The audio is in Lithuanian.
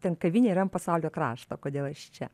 ten kavinė yra ant pasaulio krašto kodėl aš čia